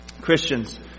Christians